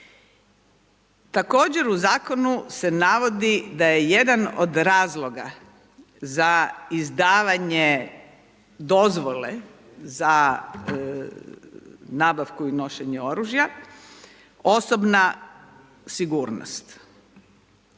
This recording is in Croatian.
Također u zakonu se navodi da je jedan od razloga za izdavanje dozvole za nabavku i nošenje oružja osobna sigurnost.